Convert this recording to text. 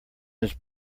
his